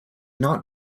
not